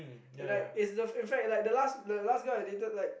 like is in fact the last the last girl I dated like